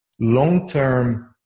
long-term